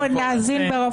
אנחנו נאזין ברוב